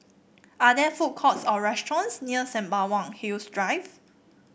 are there food courts or restaurants near Sembawang Hills Drive